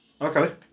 okay